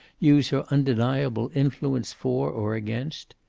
use her undeniable influence for or against?